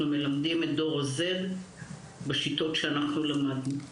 מלמדים את דור ה-Z בשיטות שאנחנו למדנו.